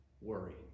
worry